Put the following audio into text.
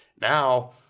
Now